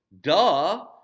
Duh